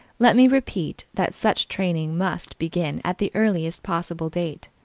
let me repeat that such training must begin at the earliest possible date.